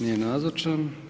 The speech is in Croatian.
Nije nazočan.